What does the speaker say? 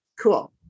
Cool